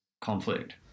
conflict